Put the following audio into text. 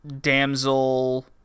damsel